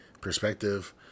perspective